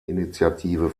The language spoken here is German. initiative